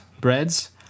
breads